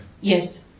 Yes